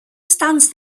stands